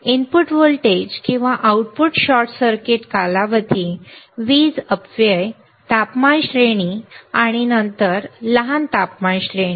input voltage किंवा output short circuit कालावधी वीज अपव्यय तापमान श्रेणी आणि नंतर लहान तापमान श्रेणी